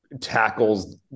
tackles